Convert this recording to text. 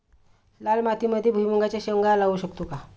लाल मातीमध्ये भुईमुगाच्या शेंगा लावू शकतो का?